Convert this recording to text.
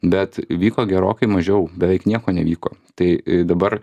bet vyko gerokai mažiau beveik nieko nevyko tai dabar